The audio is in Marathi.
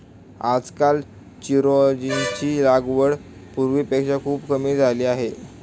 आजकाल चिरोंजीची लागवड पूर्वीपेक्षा खूपच कमी झाली आहे